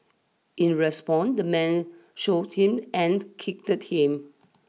in respond the man shoved him and kicked him